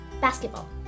basketball